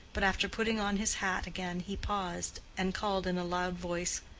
but after putting on his hat again, he paused, and called in a loud voice,